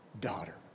Daughter